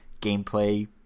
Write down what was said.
gameplay